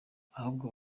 ahubwo